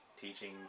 teaching